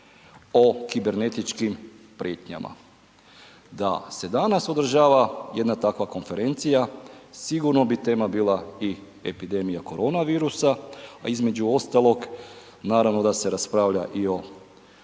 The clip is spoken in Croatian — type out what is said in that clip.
o kibernetičkim prijetnjama. Da se danas održava jedna takva konferencija sigurno bi tema bila i epidmija korona virusa, a između ostalog naravno da se raspravlja i o